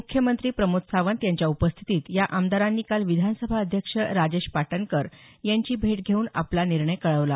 मुख्यमंत्री प्रमोद सावंत यांच्या उपस्थितीत या आमदारांनी काल विधानसभा अध्यक्ष राजेश पाटनकर यांची भेट घेऊन आपला निर्णय कळवला